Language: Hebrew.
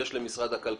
יש גם למשרד הכלכלה